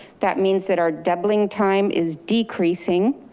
that means that our doubling time is decreasing.